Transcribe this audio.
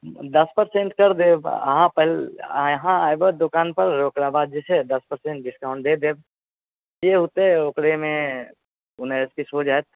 दस परसेंट कर देब अहाँ पहिले यहाँ अबै दोकानपर ओकरा बाद जे छै से दस परसेंट डिस्काउंट दए देब जे हेतै ओकरेमे उन्नैस बीस हो जायत